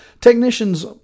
Technicians